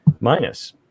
minus